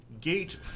gate